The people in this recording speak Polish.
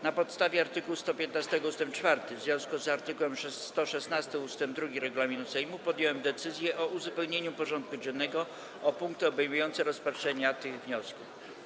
Na podstawie art. 115 ust. 4 w związku z art. 116 ust. 2 regulaminu Sejmu podjąłem decyzję o uzupełnieniu porządku dziennego o punkty obejmujące rozpatrzenie tych wniosków.